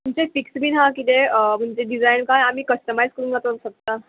तुमचें फिक्स बीन आहा किदें म्हणजे डिजायन काय आमी कस्टमायज करून वचोंक शकता